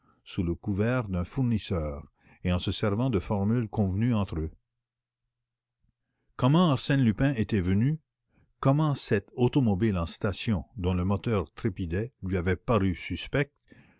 sous le couvert d'un fournisseur et en se servant de formules convenues entre eux comment arsène lupin était venu comment cette automobile dont le moteur trépidait lui avait paru suspecte